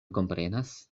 komprenas